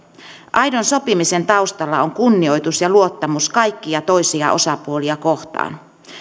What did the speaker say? aidon sopimisen taustalla on kunnioitus ja luottamus kaikkia toisia osapuolia kohtaan